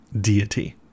deity